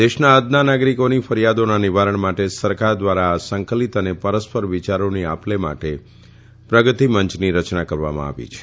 દેશના અદના નાગરીકોની ફરીથાદોના નિવારણ માટે સરકાર ધ્વારા આ સંકલીત અને પરસ્પર વિચારોની આપ લે માટે પ્રગતીમંચની રચના કરવામાં આવી છે